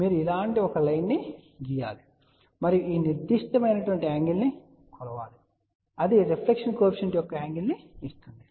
మీరు ఇలాంటి ఒక లైన్ ను గీయండి మరియు ఈ నిర్దిష్ట యాంగిల్ ను కొలవండి మరియు అది రిఫ్లెక్షన్ కోఎఫిషియంట్ యొక్క యాంగిల్ ను ఇస్తుంది